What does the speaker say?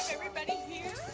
everybody here.